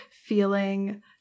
feeling